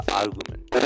argument